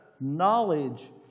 knowledge